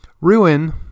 Ruin